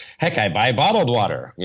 heck, i buy bottled water.